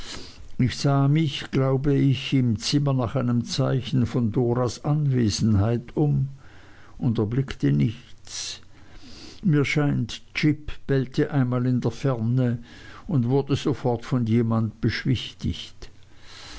ich sah mich glaube ich im zimmer nach einem zeichen von doras anwesenheit um und erblickte nichts mir scheint jip bellte einmal in der ferne und wurde sofort von jemand beschwichtigt